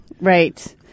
Right